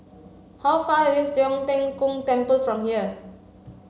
how far away is Tong Tien Kung Temple from here